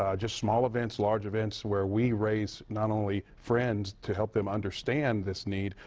ah just small events, large events, where we raise not only friends to help them understand this need,